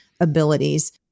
abilities